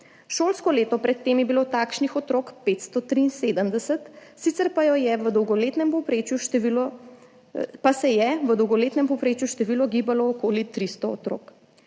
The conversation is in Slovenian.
je bilo pred tem takšnih otrok 573, sicer pa se je v dolgoletnem povprečju število gibalo okoli 300 otrok.